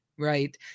Right